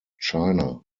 china